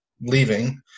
leaving